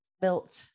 built